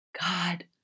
God